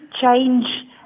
change